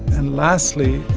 and lastly,